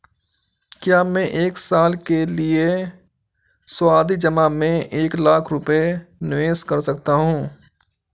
क्या मैं एक साल के लिए सावधि जमा में एक लाख रुपये निवेश कर सकता हूँ?